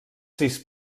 sis